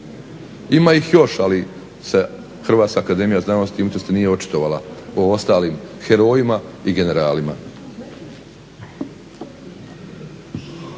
Ima ih još, ali se Hrvatska akademija znanosti i umjetnosti nije očitovala o ostalim herojima i generalima.